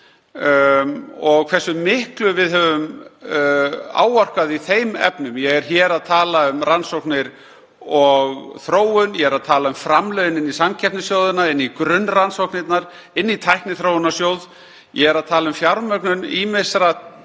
og hversu miklu við höfum áorkað í þeim efnum. Ég er hér að tala um rannsóknir og þróun. Ég er að tala um framlögin í samkeppnissjóðina, inn í grunnrannsóknirnar, í Tækniþróunarsjóð. Ég er að tala um fjármögnun ýmissa